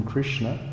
Krishna